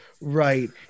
right